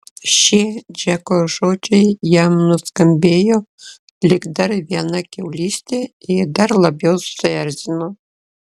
šie džeko žodžiai jam nuskambėjo lyg dar viena kiaulystė ir dar labiau suerzino